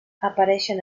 apareixen